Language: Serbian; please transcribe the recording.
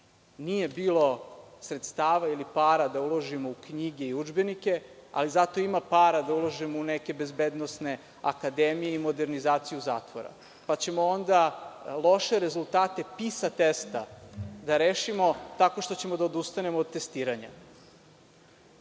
Nije bilo sredstava ili para da uložimo u knjige i udžbenike, ali zato ima para da ulažemo u neke bezbednosne akademije i modernizaciju zatvora, pa ćemo onda loše rezultate PISA testova da rešimo tako što ćemo da odustanemo od testiranja.